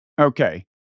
okay